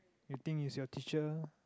you think is your teacher